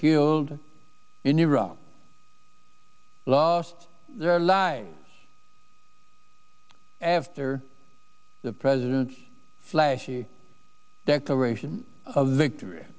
killed in iraq lost their lives after the president's flashy declaration of victory